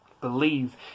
Believe